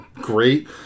great